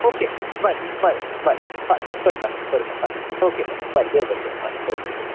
okay बरें बरें बरें हय करत करता हय ऑके बरें देव बरें करूं हय ऑके ऑके